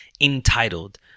entitled